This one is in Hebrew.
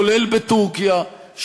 כולל בטורקיה,